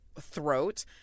throat